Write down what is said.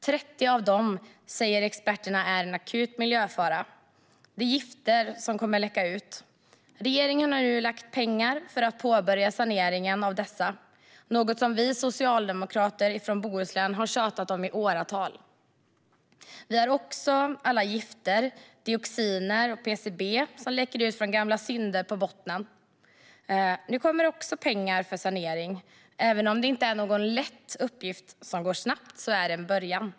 Experterna säger att 30 av dem är en akut miljöfara. Det är gifter som kommer att läcka ut. Regeringen har nu avsatt pengar för att påbörja saneringen av dessa, något som vi socialdemokrater från Bohuslän har tjatat om i åratal. Vi har också alla gifter, dioxiner och PCB, som läcker från gamla synder på bottnen. Nu kommer det också pengar för sanering. Även om det inte är någon lätt uppgift som går snabbt är det en början.